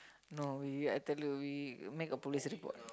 no we I tell you we make a police report